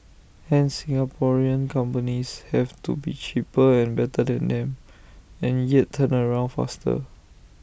hence Singaporean companies have to be cheaper and better than them and yet turnaround faster